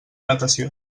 natació